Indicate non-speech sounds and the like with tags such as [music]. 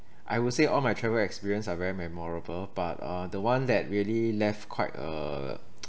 I will say all my travel experience are very memorable but uh the one that really left quite a [noise]